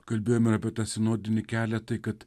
kalbėjom ir apie tą sinodinį kelią tai kad